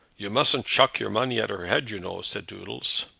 you mustn't chuck your money at her head, you know, said doodles.